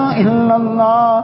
illallah